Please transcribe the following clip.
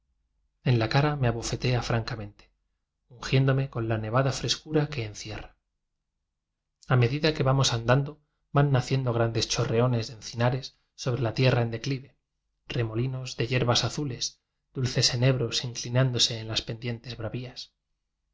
en la cara me abofetea francamente un giéndome con la nevada frescura que enciera a medida que vamos andando van na ciendo grandes chorreones de encinares sobre la tierra en declive remolinos de yer bas azules dulces enebros inclinándose en las pendientes bravias